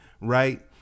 right